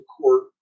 court